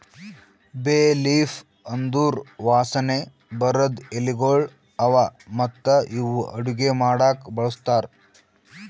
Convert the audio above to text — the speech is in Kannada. ಬೇ ಲೀಫ್ ಅಂದುರ್ ವಾಸನೆ ಬರದ್ ಎಲಿಗೊಳ್ ಅವಾ ಮತ್ತ ಇವು ಅಡುಗಿ ಮಾಡಾಕು ಬಳಸ್ತಾರ್